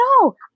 no